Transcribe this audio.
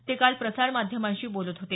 ते काल प्रसारमाध्यमांशी बोलत होते